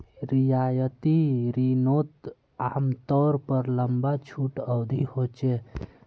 रियायती रिनोत आमतौर पर लंबा छुट अवधी होचे